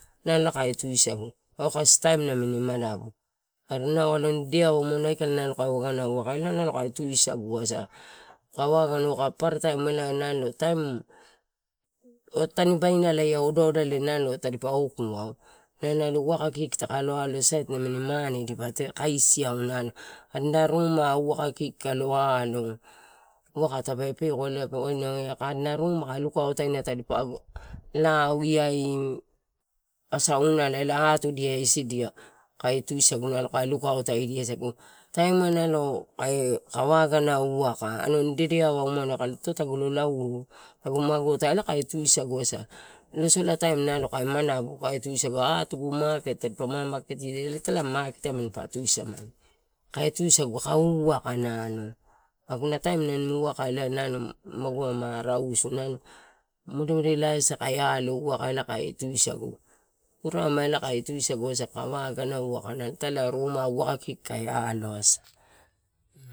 Nalo elae kae tusagu kasi na taina namin manabu are aloni dedeava uma aikala nalo kakae wagana waka kae tusagutoasa, kakae wagana waka paparataim ea tanibaina ia odaodale nalo tadipa okuau nalo waka kiki taka lo alo, mane dipa kaisiau nalo adinai rumai waka kiki takka lo aloa, aka waka tadipa. Lao ia, asaunala atualia isidia kae tusaga kae tukauto aidia sagu, taim e nalo kae kakae wagana waka umano alon dedeava umano. Ito tagu lo lauo, tagu magota elae kae tusagutosa, lolosalataim kae manabis kae tusagu atogu, maket tadipa mamaketiedia elae ita maket manipa namani waka elae nalo maguna ma rausu tusogu, turarema kae tusagu itala rumai waka kiki osa kae alo asa.